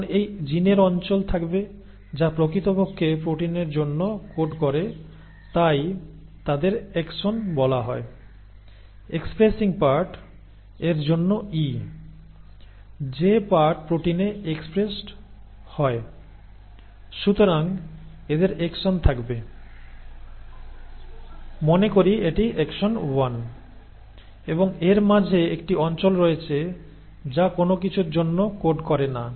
এখন এই জিনের অঞ্চল থাকবে যা প্রকৃতপক্ষে প্রোটিনের জন্য কোড করে তাই তাদের এক্সন বলা হয় এক্সপ্রেসিং পার্ট এর জন্য E যে পার্ট প্রোটিনে এক্সপ্রেসড হয় সুতরাং এদের এক্সন থাকবে মনে করি এটি এক্সন 1 এবং এর মাঝে একটি অঞ্চল রয়েছে যা কোনও কিছুর জন্য কোড করে না